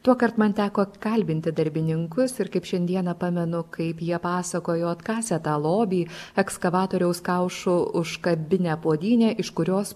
tuokart man teko kalbinti darbininkus ir kaip šiandieną pamenu kaip jie pasakojo atkasę tą lobį ekskavatoriaus kaušu užkabinę puodynę iš kurios